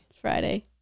Friday